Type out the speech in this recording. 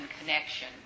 connection